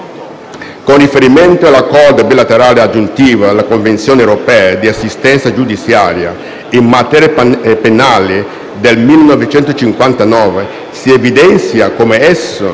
Con riferimento all'Accordo bilaterale aggiuntivo alla Convenzione europea di assistenza giudiziaria in materia penale del 1959, si evidenzia come esso